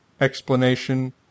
explanation